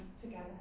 together